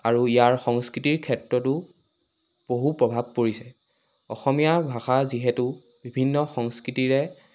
আৰু ইয়াৰ সংস্কৃতিৰ ক্ষেত্ৰতো বহু প্ৰভাৱ পৰিছে অসমীয়া ভাষা যিহেতু বিভিন্ন সংস্কৃতিৰে